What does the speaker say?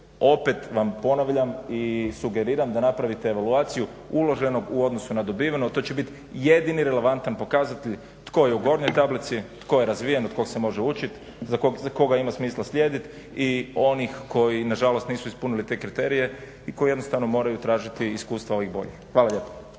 opet vam ponavljam i sugeriram da napravite evaluaciju uloženog u odnosu na dobiveno. To će biti jedini relevantan pokazatelj tko je u gornjoj tablici, tko je razvijen, od kog se može učiti, za koga ima smisla slijediti i onih koji na žalost nisu ispunili te kriterije i koji jednostavno moraju tražiti iskustva ovih boljih. Hvala lijepo.